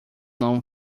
known